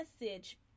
message